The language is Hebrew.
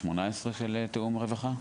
18 בתיאום רווחה?